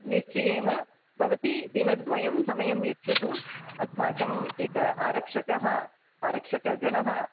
निश्चयेन भवती दिनद्वयं समयं यच्छतु अस्माकं एकः आरक्षकः आरक्षकगणः